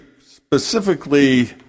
specifically